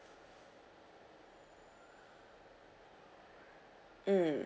mm